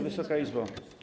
Wysoka Izbo!